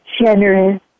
generous